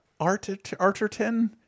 Arterton